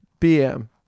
BM